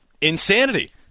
insanity